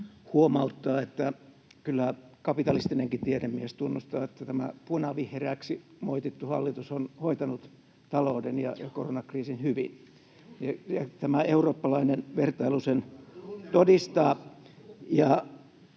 huomauttaa, että kyllä kapitalistinenkin tiedemies tunnustaa, että tämä punavihreäksi moitittu hallitus on hoitanut talouden ja koronakriisin hyvin, ja eurooppalainen vertailu sen todistaa.